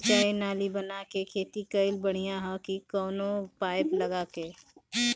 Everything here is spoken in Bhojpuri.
सिंचाई नाली बना के खेती कईल बढ़िया ह या कवनो पाइप लगा के?